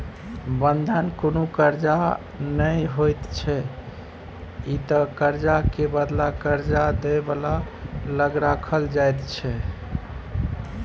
बंधक कुनु कर्जा नै होइत छै ई त कर्जा के बदला कर्जा दे बला लग राखल जाइत छै